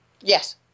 Yes